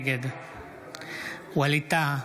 נגד ווליד טאהא,